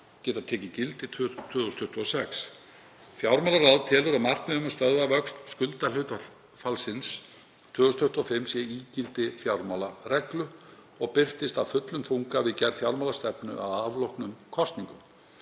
geta tekið gildi árið 2026. Fjármálaráð telur að markmið um að stöðva vöxt skuldahlutfallsins 2025 sé ígildi fjármálareglu og birtist af fullum þunga við gerð fjármálastefnu að afloknum kosningum